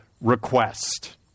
request